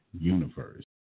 Universe